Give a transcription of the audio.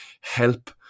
help